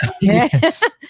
Yes